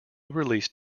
release